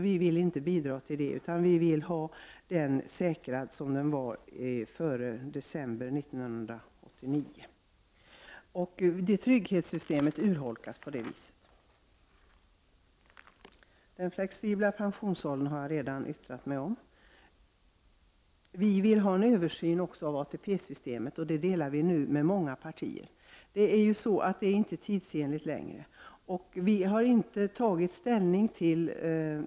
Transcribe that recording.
Vi vill inte bidra till det, utan vi vill att grundpensionen skall vara säkrad på det sätt som den var före december 1989. Trygghetssystemet urholkas alltså genom detta. Den flexibla pensionsåldern har jag redan yttrat mig om. Vi i miljöpartiet vill även ha en översyn av ATP-systemet. Denna åsikt delar vi nu med många partier. ATP-systemet är inte längre tidsenligt.